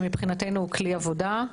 שמבחינתנו הוא כלי עבודה.